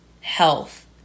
health